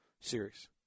series